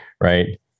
right